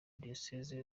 diyoseze